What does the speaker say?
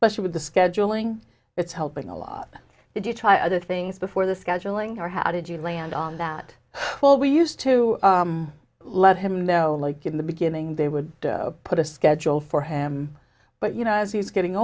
pressure with the scheduling it's helping a lot if you try other things before the scheduling or how did you land on that well we used to let him know like in the beginning they would put a schedule for him but you know as he's getting